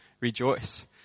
Rejoice